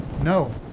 No